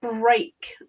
break